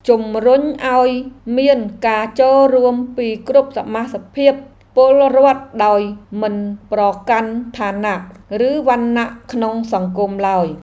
ជំរុញឱ្យមានការចូលរួមពីគ្រប់សមាសភាពពលរដ្ឋដោយមិនប្រកាន់ឋានៈ ឬវណ្ណៈក្នុងសង្គមឡើយ។